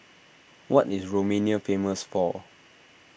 what is Romania famous for